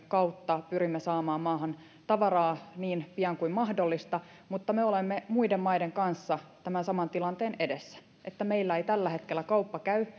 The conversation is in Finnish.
kautta pyrimme saamaan maahan tavaraa niin pian kuin mahdollista mutta me olemme muiden maiden kanssa tämän saman tilanteen edessä että meillä ei tällä hetkellä kauppa käy